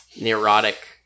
neurotic